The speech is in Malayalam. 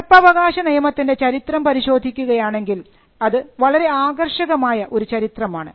പകർപ്പവകാശ നിയമത്തിൻറെ ചരിത്രം പരിശോധിക്കുകയാണെങ്കിൽ അത് വളരെ ആകർഷകമായ ഒരു ചരിത്രമാണ്